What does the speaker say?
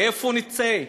איפה נצא?